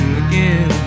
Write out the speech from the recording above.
again